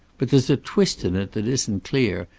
but there's a twist in it that isn't clear,